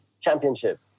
Championship